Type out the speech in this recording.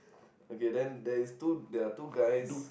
okay then there is two they're two guys